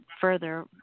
further